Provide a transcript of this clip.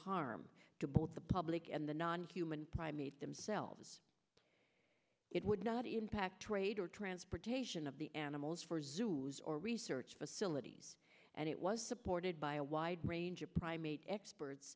harm to both the public and the non human primate themselves it would not impact trade or transportation of the animals for zoos or research facilities and it was supported by a wide range of primate experts